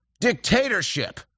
dictatorship